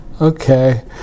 Okay